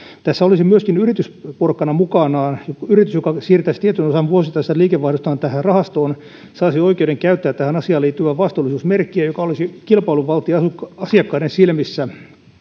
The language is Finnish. tässä olisi myöskin yritysporkkana mukana yritys joka siirtäisi tietyn osan vuosittaisesta liikevaihdostaan tähän rahastoon saisi oikeuden käyttää tähän asiaan liittyvää vastuullisuusmerkkiä joka olisi kilpailuvaltti asiakkaiden asiakkaiden silmissä